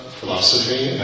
philosophy